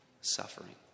suffering